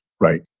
Right